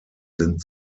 sind